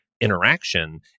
Interaction